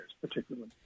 particularly